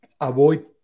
avoid